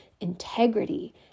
integrity